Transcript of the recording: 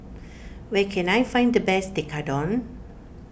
where can I find the best Tekkadon